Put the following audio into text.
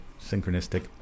synchronistic